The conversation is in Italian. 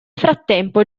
frattempo